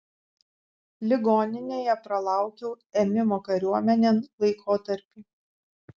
ligoninėje pralaukiau ėmimo kariuomenėn laikotarpį